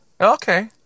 Okay